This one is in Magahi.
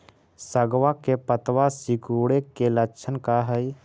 सगवा के पत्तवा सिकुड़े के लक्षण का हाई?